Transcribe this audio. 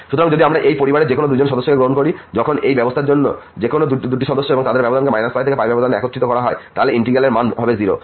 সুতরাং যদি আমরা এই পরিবারের যেকোনো দুইজন সদস্যকে গ্রহণ করি যখন এই ব্যবস্থার যেকোনো দুই সদস্যকে এবং তাদের ব্যবধানকে এই -π থেকে ব্যবধানে থেকে একত্রিত করা হয় তাহলে এই ইন্টিগ্র্যাল এর মান হবে 0